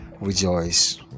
rejoice